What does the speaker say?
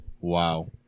Wow